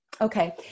Okay